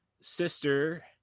sister